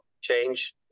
change